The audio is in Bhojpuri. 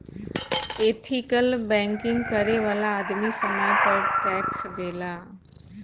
एथिकल बैंकिंग करे वाला आदमी समय पर टैक्स देला